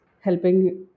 helping